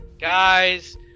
guys